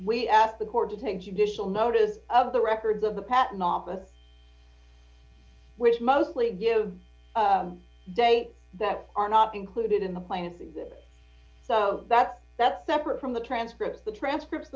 we asked the court to take you digital notice of the records of the patent office which mostly give date that are not included in the plaintiff's exhibit so that's that's separate from the transcript the transcript